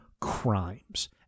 crimes